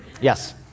Yes